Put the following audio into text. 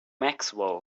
maxwell